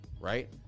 right